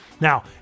Now